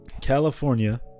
California